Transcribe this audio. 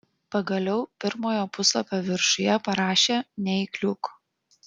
pagaliau pirmojo puslapio viršuje parašė neįkliūk